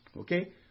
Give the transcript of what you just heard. Okay